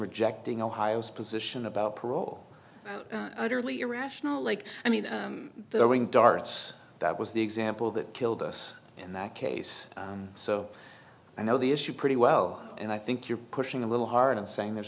rejecting ohio's position about parole early irrational like i mean they're going darts that was the example that killed us in that case so i know the issue pretty well and i think you're pushing a little hard and saying there's